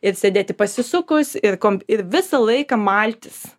ir sėdėti pasisukus ir komp ir visą laiką maltis